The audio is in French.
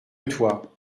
toi